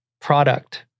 product